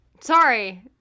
Sorry